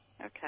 Okay